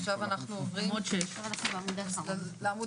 עכשיו אנחנו עוברים לעמוד האחרון,